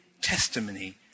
testimony